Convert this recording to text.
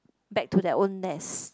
back to their own nest